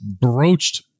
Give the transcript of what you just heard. broached